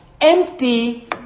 empty